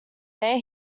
there